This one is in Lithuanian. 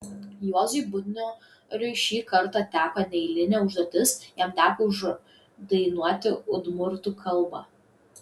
juozui butnoriui šį kartą teko neeilinė užduotis jam teko uždainuoti udmurtų kalba